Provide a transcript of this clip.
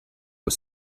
was